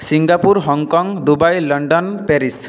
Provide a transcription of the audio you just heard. Singapore Hong Kong Dubai London Paris